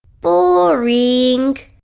boring!